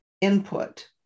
input